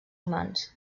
humans